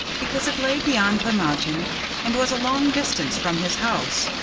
because it lay beyond the mountain and was a long distance from his house.